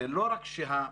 זה לא רק שהמעסיק